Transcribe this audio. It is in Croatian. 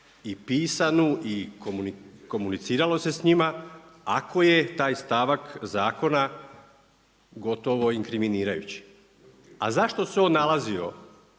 i pisanu i komuniciralo se s njima ako je taj stavak zakon gotovo inkriminirajući. A zašto se on nalazio